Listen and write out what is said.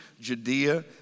Judea